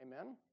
Amen